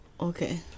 okay